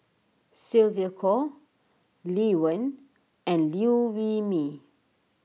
Sylvia Kho Lee Wen and Liew Wee Mee